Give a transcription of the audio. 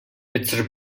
its